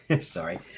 Sorry